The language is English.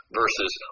versus